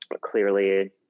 clearly